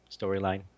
storyline